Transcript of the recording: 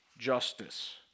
justice